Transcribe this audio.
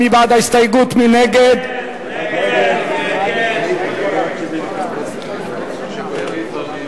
ההסתייגות לחלופין של קבוצת סיעת חד"ש לסעיף 52 לא נתקבלה.